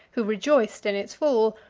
who rejoiced in its fall,